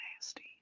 nasty